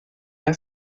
has